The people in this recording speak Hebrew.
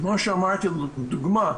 כמו שאמרתי לדוגמה,